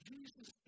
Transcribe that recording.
Jesus